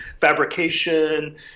fabrication